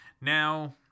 Now